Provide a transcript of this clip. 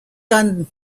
can